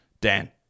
Dan